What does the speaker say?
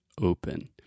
open